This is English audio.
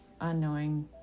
unknowing